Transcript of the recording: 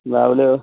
बावल्यो